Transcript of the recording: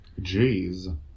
Jeez